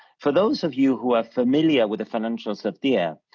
for those of you who are familiar with the financials of the air,